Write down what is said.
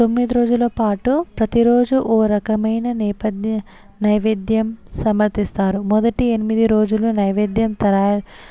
తొమ్మిది రోజులపాటు ప్రతిరోజూ ఓ రకమైన నేపథ్యం నైవేద్యం సమర్పిస్తారు మొదటి ఎనిమిది రోజులు నైవేద్యం తరారి